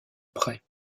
prêt